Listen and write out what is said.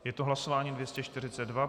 Je to hlasování 242.